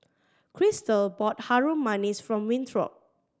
Christal bought Harum Manis for Winthrop